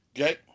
okay